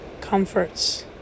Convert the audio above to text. comforts